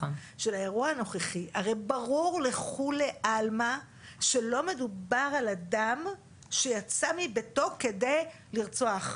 הרי ברור לכולי עלמא שלא מדובר על אדם שיצא מביתו כדי לרצוח.